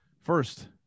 First